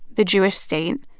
the jewish state,